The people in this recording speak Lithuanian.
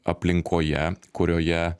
aplinkoje kurioje